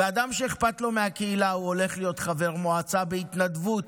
אדם שאכפת לו מהקהילה הולך להיות חבר מועצה בהתנדבות,